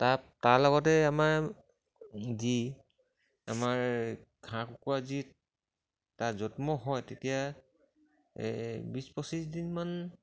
তাৰ তাৰ লগতে আমাৰ যি আমাৰ হাঁহ কুকুৰা যি তাৰ জন্ম হয় তেতিয়া এই বিছ পঁচিছ দিনমান